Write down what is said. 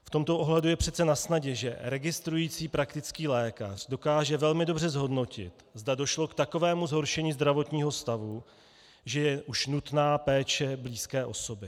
V tomto ohledu je přece nasnadě, že registrující praktický lékař dokáže velmi dobře zhodnotit, zda došlo k takovému zhoršení zdravotního stavu, že je už nutná péče blízké osoby.